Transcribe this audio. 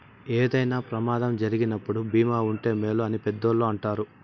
ఏదైనా ప్రమాదం జరిగినప్పుడు భీమా ఉంటే మేలు అని పెద్దోళ్ళు అంటారు